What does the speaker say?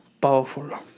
powerful